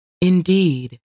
Indeed